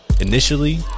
Initially